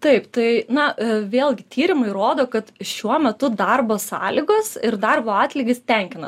taip tai na vėl tyrimai rodo kad šiuo metu darbo sąlygos ir darbo atlygis tenkina